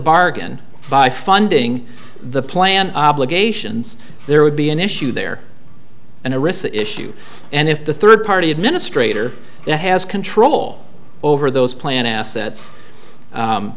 bargain by funding the plan obligations there would be an issue there and a receipt issue and if the third party administrator has control over those planned assets